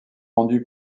rendue